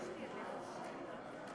אני קובע כי גם הצעת חד"ש,